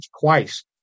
twice